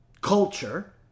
culture